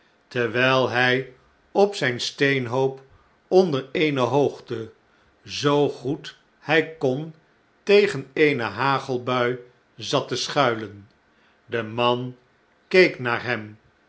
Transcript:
terwijl hij op zn'n steenhoop onder eene hoogte zoo goed hij kon tegen eene hagelbui zat te schuilen de man keek naar hem